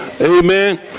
amen